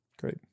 Great